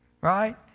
Right